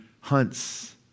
hunts